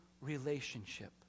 relationship